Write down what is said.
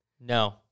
No